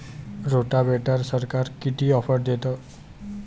रोटावेटरवर सरकार किती ऑफर देतं?